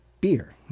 beer